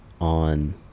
on